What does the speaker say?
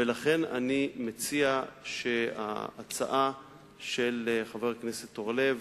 ולכן אני מציע שההצעה של חבר הכנסת אורלב,